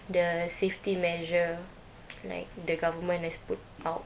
the safety measure like the government has put out